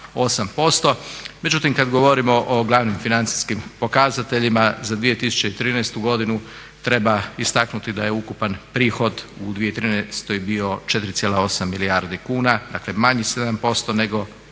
1,8%. Međutim, kada govorimo o glavnim financijskim pokazateljima za 2013. godinu treba istaknuti da je ukupan prihod u 2013. bio 4,8 milijardi kuna, dakle manji 7% nego